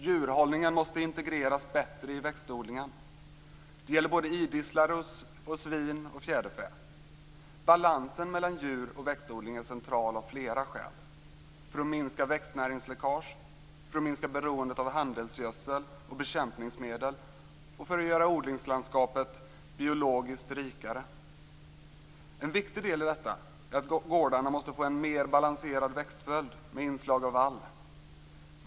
Djurhållningen måste integreras bättre i växtodlingen. Det gäller både idisslare, svin och fjäderfä. Balansen mellan djur och växtodling är central av flera skäl, för att minska växtnäringsläckage, för att minska beroendet av handelsgödsel och bekämpningsmedel och för att göra odlingslandskapet biologiskt rikare. En viktig del i detta är att gårdarna måste få en mer balanserad växtföljd med inslag av vall.